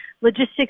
logistics